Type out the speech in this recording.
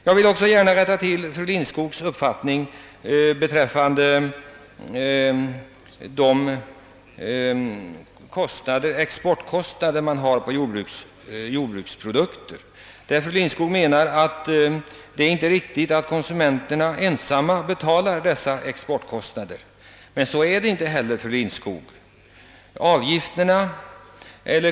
Jag vill också gärna rätta till fru Lindskogs påstående om konsumenternas kostnader för jordbrukets överskottsproduktion. Fru Lindskog menade att det inte var riktigt att konsumenterna ensamma får betala exportförlusterna. Men så är det inte heller, fru Lindskog.